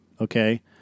okay